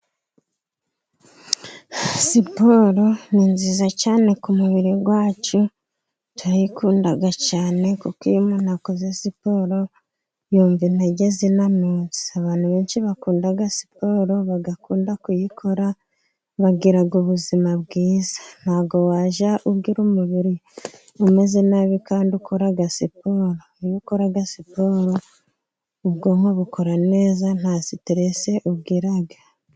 Siporo ni nziza cyane ku mubiri wacu, ndayikunda cyane kuko iyo umuntu akoze siporo yumva intege zinanutse. Abantu benshi bakunda siporo, bagakunda kuyikora bagira ubuzima bwiza ntabwo wajya ugira umubiri umeze nabi kandi ukora siporo, iyo ukora siporo ubwonko bukora neza nta siteresi ugira.